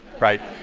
right?